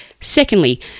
Secondly